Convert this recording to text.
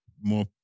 more